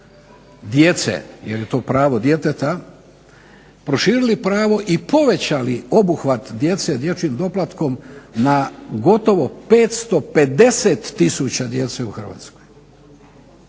djece jer je to pravo djeteta, proširili pravo i povećali obuhvat djece dječjim doplatkom na gotovo 550 tisuća djece u Hrvatskoj.